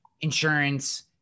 insurance